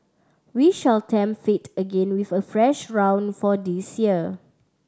we shall tempt fate again with a fresh round for this year